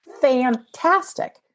fantastic